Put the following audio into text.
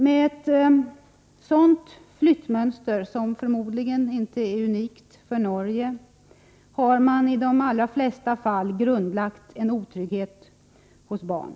Med ett sådant flyttmönster, som förmodligen inte är unikt för Norge, har man i de allra flesta fall grundlagt en otrygghet hos barnen.